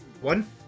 one